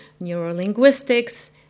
neurolinguistics